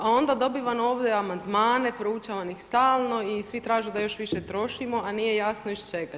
A onda dobivam ovdje amandmane, proučavam ih stalno i svi traže da još više trošimo, a nije jasno iz čega.